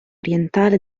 orientale